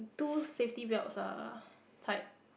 two safety belts ah tied